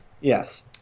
yes